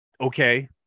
okay